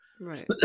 right